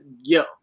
yo